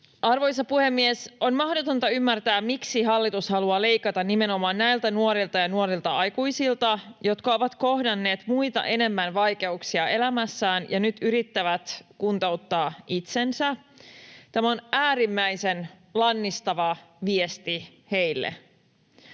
Arvoisa puhemies! On mahdotonta ymmärtää, miksi hallitus haluaa leikata nimenomaan näiltä nuorilta ja nuorilta aikuisilta, jotka ovat kohdanneet muita enemmän vaikeuksia elämässään ja nyt yrittävät kuntouttaa itsensä. Tämä on äärimmäisen lannistava viesti heille.